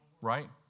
right